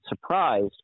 surprised